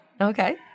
Okay